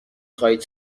خواهید